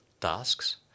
tasks